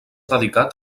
dedicat